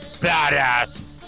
badass